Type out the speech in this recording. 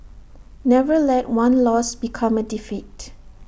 never let one loss become A defeat